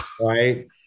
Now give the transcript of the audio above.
Right